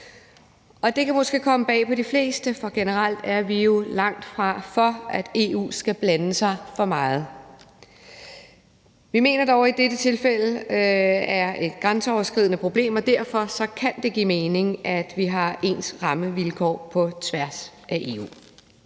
EU. Det kan måske komme bag på de fleste, for generelt er vi jo langtfra for, at EU skal blande sig for meget. Vi mener dog, at der i dette tilfælde er et grænseoverskridende problem, og derfor kan det give mening, at vi har ens rammevilkår på tværs af EU.